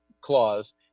clause